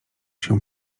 się